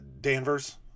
danvers